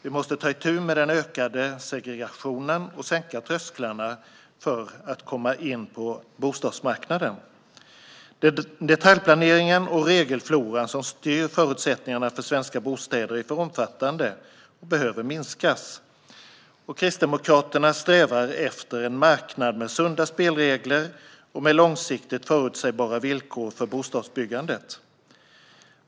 Vi måste ta itu med den ökande segregationen och sänka trösklarna för att komma in på bostadsmarknaden. Detaljplaneringen och regelfloran som styr förutsättningarna för svenska bostäder är för omfattande och behöver minskas. Kristdemokraterna strävar efter en marknad med sunda spelregler och med långsiktigt förutsägbara villkor för bostadsbyggandet.